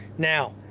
now,